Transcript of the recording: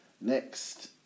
next